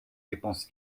dépenses